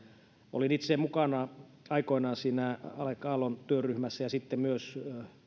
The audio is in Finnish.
olin itse mukana aikoinaan siinä alec aallon työryhmässä ja sitten myös